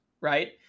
right